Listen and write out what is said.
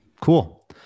Cool